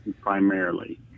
primarily